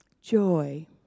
joy